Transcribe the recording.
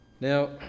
Now